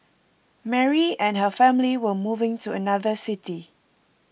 Mary and her family were moving to another city